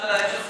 יש החלטת ממשלה,